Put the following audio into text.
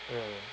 mm